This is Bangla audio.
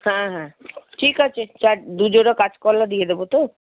হ্যাঁ হ্যাঁ ঠিক আছে চা দুজোড়া কাঁচকলা দিয়ে দেবো তো